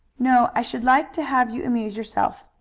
no, i should like to have you amuse yourself,